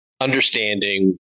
Understanding